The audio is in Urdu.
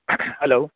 ہلو